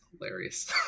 hilarious